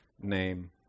name